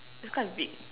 it's quite big